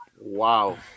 Wow